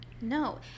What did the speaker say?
No